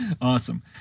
Awesome